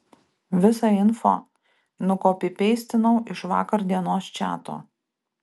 visą info nukopipeistinau iš vakar dienos čato